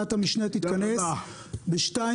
הישיבה ננעלה בשעה